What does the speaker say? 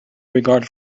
regard